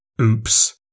Oops